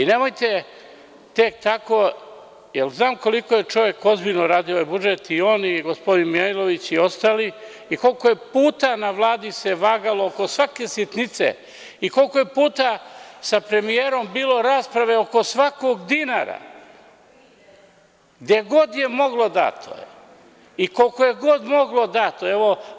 Nemojte tek tako, jer znam koliko je čovek ozbiljno radio ovaj budžet i on i gospodin Mijailović i ostali i koliko je puta na Vladi se vagalo oko svake sitnice, koliko je puta sa premijerom bilo rasprave oko svakog dinara, gde god je moglo, dato je i koliko je god moglo, dato je.